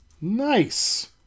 Nice